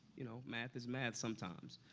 you know, math is math sometimes.